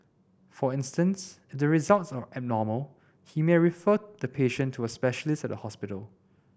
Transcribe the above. for instance if the results are abnormal he may refer to patient to a specialist at a hospital